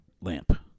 lamp